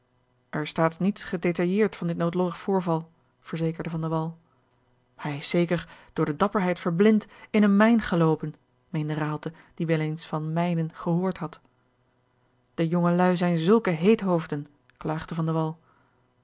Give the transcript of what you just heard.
er staat niets gedetailleerd van dit noodlottig voorval verzekerde van de wall hij is zeker door de dapperheid verblind in eene mijn geloopen meende raalte die wel eens van mijnen gehoord had de jongeluî zijn zulke heethoofden klaagde